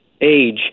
age